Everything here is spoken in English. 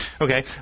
Okay